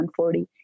140